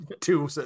two